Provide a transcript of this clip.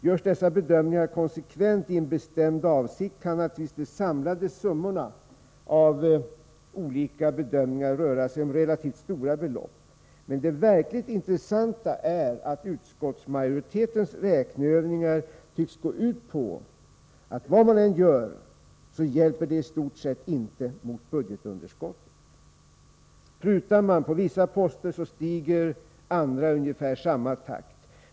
Görs dessa bedömningar konsekvent med en bestämd avsikt, kan naturligtvis de samlade summorna av olika bedömningar röra sig om relativt stora belopp. Men det verkligt intressanta är att utskottsmajoritetens räkneövningar tycks gå ut på att vad man än gör så hjälper det i stort sett inte mot budgetunderskottet — prutar man på vissa poster stiger andra i ungefär samma takt.